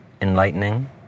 enlightening